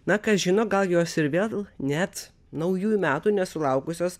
na kas žino gal jos ir vėl net naujųjų metų nesulaukusios